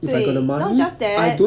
对 now just that